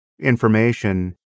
information